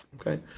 Okay